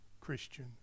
Christian